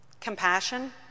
Compassion